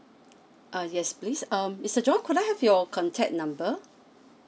uh yes please um mister john could I have your contact number